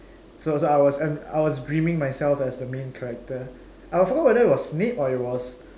so so I was I was dreaming myself as the main character I forgot whether it was Snape or it was